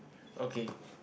okay